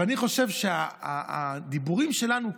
אבל אני חושב שהדיבורים שלנו כאן,